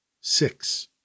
six